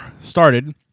started